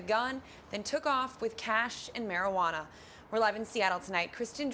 a gun and took off with cash and marijuana are live in seattle tonight krist